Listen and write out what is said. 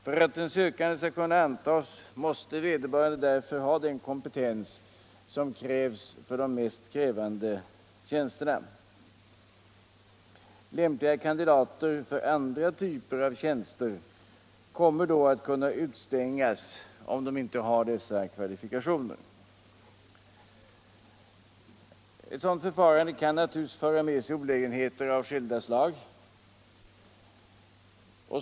För att en sökande skall kunna antas måste vederbörande därför ha den kompetens som behövs för de mest krävande tjänsterna. Lämpliga kandidater för andra typer av tjänster kommer då att kunna utestängas om de inte har dessa kvalifikationer. Ett sådant förfarande kan naturligtvis föra med sig olägenheter av skilda slag.